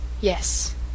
Yes